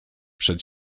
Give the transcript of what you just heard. przed